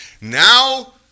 Now